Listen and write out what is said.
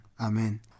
Amen